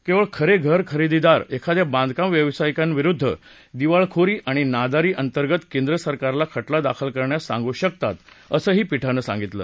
केवळ खरे घर खरेदीदारचं एखाद्या बांधकाम व्यावसायिकां विरुद्ध दिवाळखोरी आणि नादारी अंतर्गत केंद्रसरकारला खटला दाखल करण्यास सांगू शकतात असंही पिठानं सांगितलं